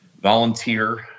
volunteer